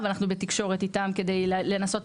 ואנחנו נמצאים בתקשורת איתם כדי להבין.